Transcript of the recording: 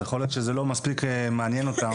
אז יכול להיות שזה לא מספיק מעניין אותם